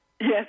Yes